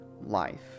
life